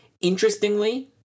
Interestingly